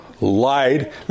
lied